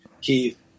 keith